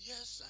Yes